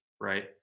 right